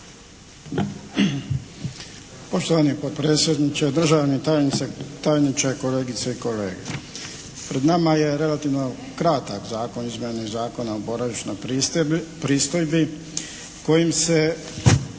Poštovani potpredsjedniče, državni tajniče, kolegice i kolege. Pred nama je relativno kratak Zakon … /Govornik se ne razumije./ … Zakona o boravišnoj pristojbi kojim se